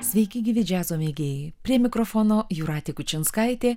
sveiki gyvi džiazo mėgėjai prie mikrofono jūratė kučinskaitė